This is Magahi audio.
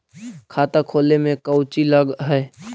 खाता खोले में कौचि लग है?